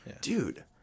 dude